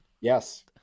Yes